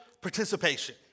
participation